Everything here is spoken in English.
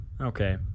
okay